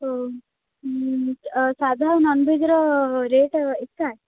ହଉ ସାଧା ଆଉ ନନଭେଜ୍ର ରେଟ୍ ଏକା